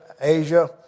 Asia